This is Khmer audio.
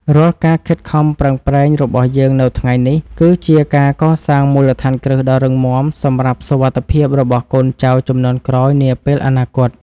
រាល់ការខិតខំប្រឹងប្រែងរបស់យើងនៅថ្ងៃនេះ គឺជាការកសាងមូលដ្ឋានគ្រឹះដ៏រឹងមាំសម្រាប់សុវត្ថិភាពរបស់កូនចៅជំនាន់ក្រោយនាពេលអនាគត។